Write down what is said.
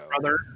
brother